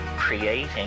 creating